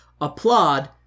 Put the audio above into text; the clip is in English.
applaud